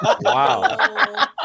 wow